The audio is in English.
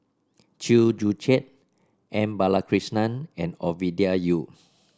Chew Joo Chiat M Balakrishnan and Ovidia Yu